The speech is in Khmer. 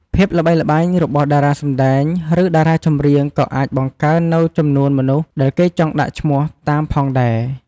ភាពល្បីល្បាញរបស់តារាសម្ដែង ឬ តារាចម្រៀងក៏អាចបង្កើននូវចំនួនមនុស្សដែលគេចង់់ដាក់ឈ្មោះតាមផងដែរ។